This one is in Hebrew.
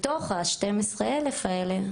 מתוך ה-12 אלף האלה,